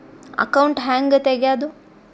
Account ಹ್ಯಾಂಗ ತೆಗ್ಯಾದು?